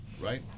right